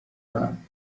کنم